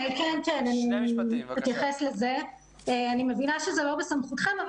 אני מבינה שזה לא בסמכותכם,